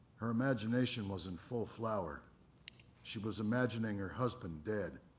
her imagination was in full flower she was imagining her husband dead.